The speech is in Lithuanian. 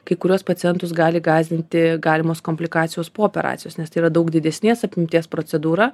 kai kuriuos pacientus gali gąsdinti galimos komplikacijos po operacijos nes tai yra daug didesnės apimties procedūra